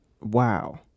wow